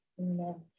Amen